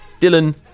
Dylan